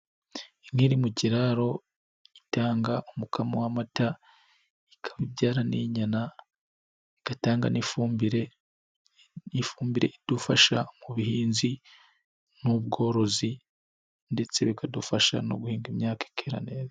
Inka iri mu kiraro, itanga umukamo w'amata, ikaba ibyara n'inyana, igatanga n'ifumbire, ifumbire idufasha mu buhinzi n'ubworozi ndetse bikadufasha no guhinga imyaka ikera neza.